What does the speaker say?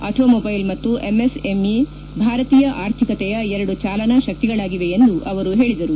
automobile ಮತ್ತು MSME ಭಾರತೀಯ ಆರ್ಥಿಕತೆಯ ಎರಡು ಚಾಲನಾ ಶಕ್ತಿಗಳಾಗಿವೆ ಎಂದು ಅವರು ಪೇಳಿದರು